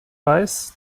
weiß